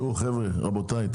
רבותיי,